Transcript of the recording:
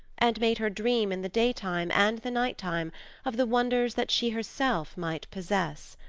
and made her dream in the day time and the night time of the wonders that she herself might possess.